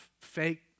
fake